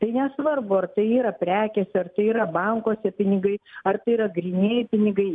tai nesvarbu ar tai yra prekėse ar tai yra bankuose pinigai ar tai yra grynieji pinigai